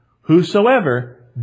whosoever